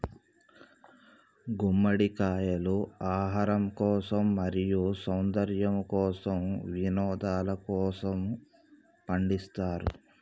గుమ్మడికాయలు ఆహారం కోసం, మరియు సౌందర్యము కోసం, వినోదలకోసము పండిస్తారు